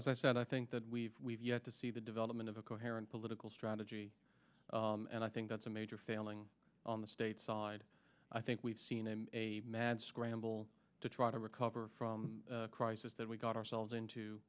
as i said i think that we've we've yet to see the development of a coherent political strategy and i think that's a major failing on the state side i think we've seen in a mad scramble to try to recover from a crisis that we got ourselves into